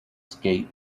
skate